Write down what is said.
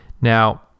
Now